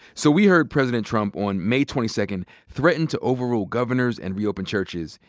so we heard president trump on may twenty second threaten to overrule governors and reopen churches.